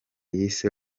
yise